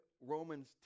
Romans